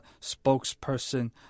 spokesperson